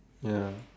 ya